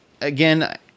again